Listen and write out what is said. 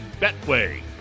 Betway